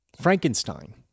Frankenstein